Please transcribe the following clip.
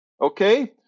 Okay